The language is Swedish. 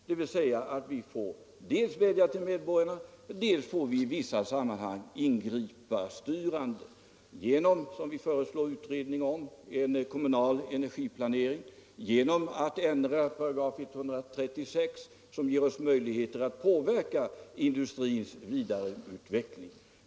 Det betyder att vi får dels vädja till medborgarna, dels i vissa sammanhang ingripa styrande genom — det föreslår vi en utredning om — en kommunal energiplanering och genom att ändra 136 §, som ger oss möjligheter att påverka industrins vidareutveckling.